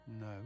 No